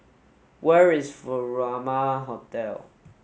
where is Furama Hotel